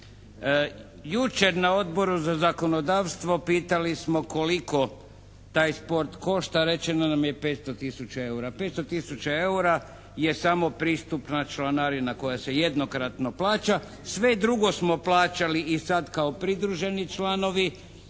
Jučer na Odboru za zakonodavstvo pitali smo koliko taj sport košta? Rečeno nam je 500 tisuća EUR-a. 500 tisuća EUR-a je samo pristupna članarina koja se jednokratno plaća. Sve drugo smo plaćali i sad kao pridruženi članovi,